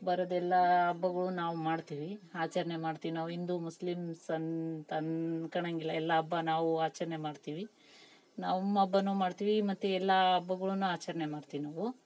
ಬರೋದೆಲ್ಲ ಹಬ್ಬಗಳು ನಾವು ಮಾಡ್ತೀವಿ ಆಚರಣೆ ಮಾಡ್ತೀವಿ ನಾವು ಹಿಂದು ಮುಸ್ಲೀಮ್ಸ್ ಸನ್ ಅಂತನ್ಕಣಂಗಿಲ್ಲ ಎಲ್ಲ ಹಬ್ಬ ನಾವು ಆಚರಣೆ ಮಾಡ್ತೀವಿ ನಮ್ಮ ಹಬ್ಬನು ಮಾಡ್ತೀವಿ ಮತ್ತು ಎಲ್ಲ ಹಬ್ಬಗಳನ್ನು ಆಚರಣೆ ಮಾಡ್ತೀವಿ ನಾವು